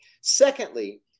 Secondly